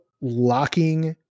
locking